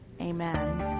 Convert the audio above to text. amen